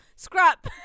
Scrap